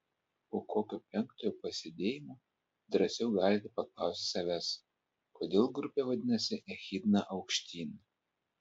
po kokio penktojo pasėdėjimo drąsiau galite paklausti savęs kodėl grupė vadinasi echidna aukštyn